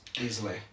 easily